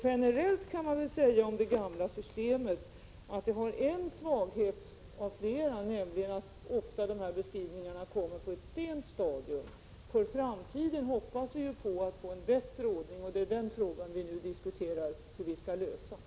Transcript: Generellt kan man säga att en av flera svagheter hos det gamla systemet är att beskrivningarna ofta kommer på ett sent stadium. För framtiden hoppas vi få en bättre ordning, och vi diskuterar nu hur vi skall lösa den frågan.